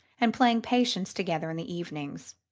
and playing patience together in the evenings.